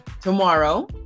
tomorrow